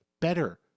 better